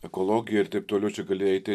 ekologija ir taip toliau čia gali eiti